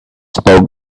spoke